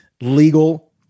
legal